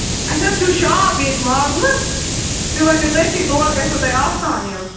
اَسہِ حظ چھُ شاپ ییٚتہِ ماگٕمہٕ تُہۍ وٲتِو توٚتُے تور گََژھوٕ تۄہہِ آسان یُن